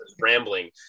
rambling